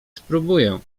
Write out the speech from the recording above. spróbuję